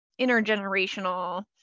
intergenerational